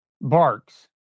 barks